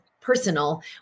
personal